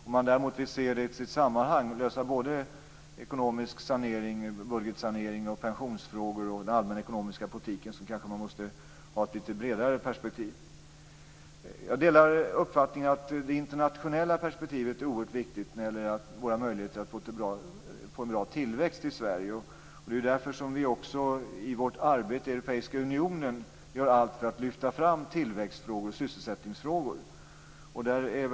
Om man däremot vill se saken i sitt sammanhang och lösa frågorna om budgetsanering, pensionerna och den allmänna ekonomiska politiken måste man ha ett bredare perspektiv. Jag delar uppfattningen att det internationella perspektivet är oerhört viktigt för våra möjligheter att få en god tillväxt i Sverige. Det är därför vi i vårt arbete i Europeiska unionen gör allt för att lyfta fram tillväxt och sysselsättningsfrågor.